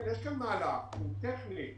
יש כאן מהלך שהוא טכני,